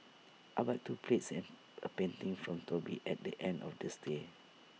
I bought two plates and A painting from Toby at the end of the stay